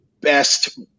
best